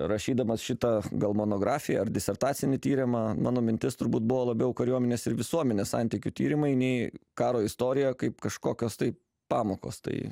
rašydamas šitą gal monografiją ar disertacinį tyrimą mano mintis turbūt buvo labiau kariuomenės ir visuomenės santykių tyrimai nei karo istorija kaip kažkokios tai pamokos tai